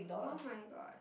oh-my-god